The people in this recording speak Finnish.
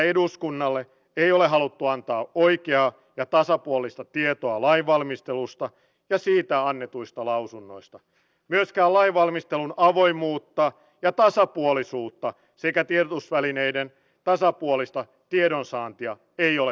mikään ei ole niin turhauttavaa kuin olla kuukausikaupalla jossain kaukana eikä tiedä perheestään oikeastaan mitään eikä pääse hyödyntämään sitä osaamistaan mitä on